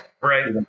right